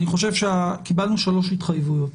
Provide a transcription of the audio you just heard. קיבלנו שלוש התחייבויות: